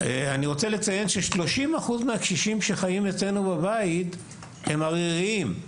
אני רוצה לציין ש-30% מהקשישים שחיים אצלנו בבית הם עריריים.